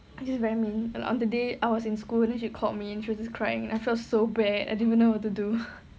it's just very mean like the other day I was in school then she called me and she was just crying I felt so bad I didn't even know what to do